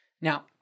Now